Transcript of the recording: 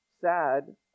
sad